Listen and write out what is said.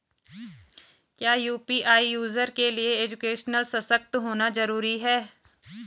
क्या UPI user के लिए एजुकेशनल सशक्त होना जरूरी है?